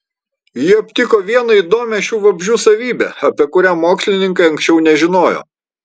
ji aptiko vieną įdomią šių vabzdžių savybę apie kurią mokslininkai anksčiau nežinojo